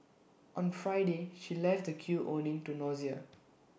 on Friday she left the queue owing to nausea